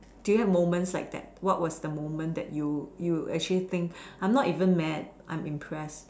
do you have moments like that what was the moment that you you actually think I'm not even mad I'm impressed